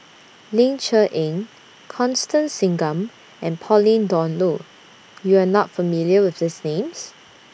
Ling Cher Eng Constance Singam and Pauline Dawn Loh YOU Are not familiar with These Names